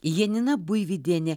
janina buivydienė